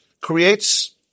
creates